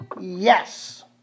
Yes